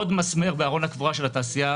זה עוד מסמר בארון הקבורה של התעשייה